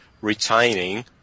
retaining